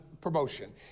promotion